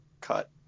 cut